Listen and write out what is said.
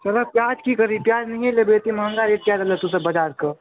मगर प्याज की करी प्याज नहिए लेबै एतेक महँगा कऽ देलहक जे तूसभ बाजारके